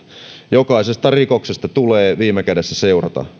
jokaisesta rikoksesta tulee viime kädessä seurata rangaistus